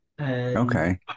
Okay